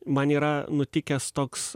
man yra nutikęs toks